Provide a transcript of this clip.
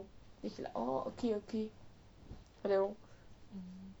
it he like orh okay okay !waliao!